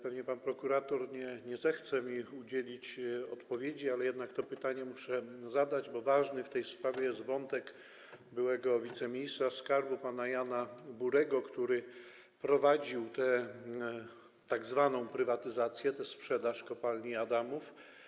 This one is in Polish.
Pewnie pan prokurator nie zechce mi udzielić odpowiedzi, ale jednak to pytanie muszę zadać, bo w tej sprawie ważny jest wątek byłego wiceministra skarbu pana Jana Burego, który prowadził tę tzw. prywatyzację, sprzedaż kopalni Adamów.